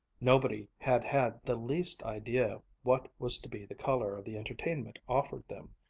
nobody had had the least idea what was to be the color of the entertainment offered them,